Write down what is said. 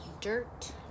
dirt